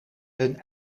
hun